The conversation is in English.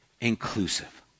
inclusive